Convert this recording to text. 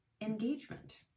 engagement